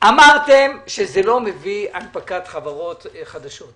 אמרתם שזה לא מביא הנפקת חברות חדשות.